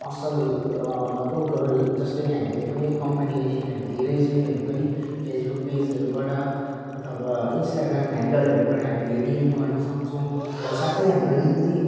असल थोकहरू जस्तै कि हामीले कुनै कम्पनीको निम्ति हामीले रेजुमेहरू पनि फेसबुक पेजहरूबाट अथवा इन्स्टाग्राम ह्यान्डलहरूबाट हामीले डिएम गर्नसक्छौँ र साथै हाम्रो निम्ति